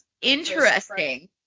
interesting